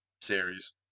series